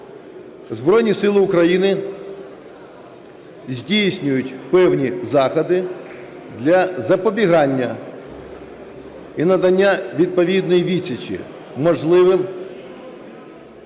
Збройні Сили України здійснюють певні заходи для запобігання і надання відповідної відсічі можливим